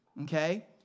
okay